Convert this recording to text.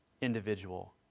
individual